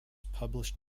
published